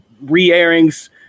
re-airings